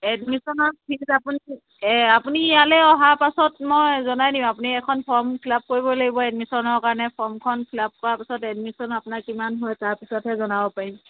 এডমিছনৰ fees আপুনি এ আপুনি ইয়ালৈ অহাৰ পাছত মই জনাই দিম আপুনি এখন ফ্ৰম ফিলাপ কৰিব লাগিব এডমিছনৰ কাৰণে ফ্ৰমখন ফিলাপ কৰাৰ পিছত এডমিছন আপোনাৰ কিমান হয় তাৰ পিছতহে জনাব পাৰিম